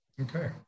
Okay